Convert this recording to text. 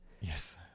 yes